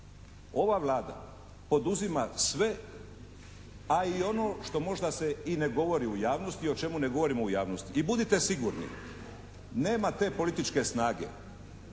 Ova Vlada poduzima sve a i ono što i možda se ne govori u javnosti, o čemu ne govorimo u javnosti. I budite sigurni, nema te političke snage